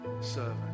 servant